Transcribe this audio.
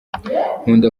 nkunda